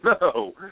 no